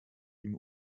ihm